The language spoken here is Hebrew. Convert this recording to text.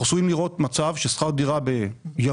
אנחנו עשויים לראות מצב ששכר דירה ביהוד,